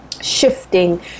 shifting